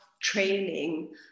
training